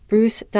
Bruce